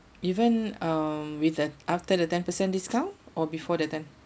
even um with the after the ten per cent discount or before the ten